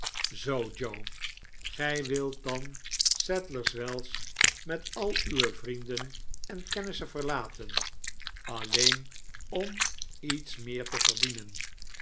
joe gij wilt dan sadlers wells met al uwe vrienden en kennissen verlaten alleen om iets meer te verdienen